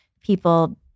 people